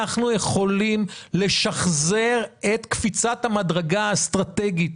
אנחנו יכולים לשחזר את קפיצת המדרגה האסטרטגית